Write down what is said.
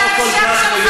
היית לפני שנה,